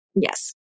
yes